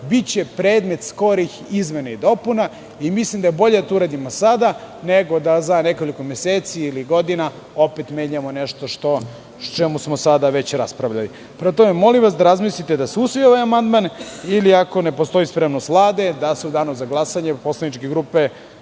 biće predmet skorih izmena i dopuna. Mislim da je bolje da to uradimo sada, nego da za nekoliko meseci ili godina opet menjamo nešto o čemu smo sada već raspravljali. Prema tome, molim vas da razmislite da se usvoji ovaj amandman ili, ako ne postoji spremnost Vlade, da se u danu za glasanje poslaničke grupe